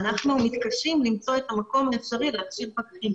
ואנחנו מתקשים למצוא את המקום האפשרי להכשיר פקחים.